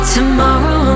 Tomorrow